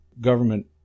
government